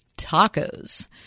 tacos